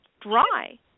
dry